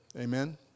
Amen